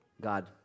God